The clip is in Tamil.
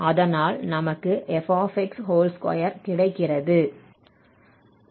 அதனால் நமக்கு கிடைக்கிறது